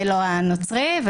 ולא את הנוצרי,